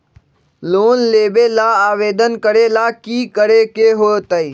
Loan लेबे ला आवेदन करे ला कि करे के होतइ?